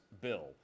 bill